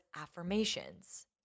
affirmations